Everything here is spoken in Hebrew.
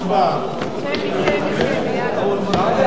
שמי, שמי, שמי.